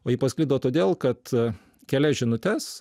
o ji pasklido todėl kad kelias žinutes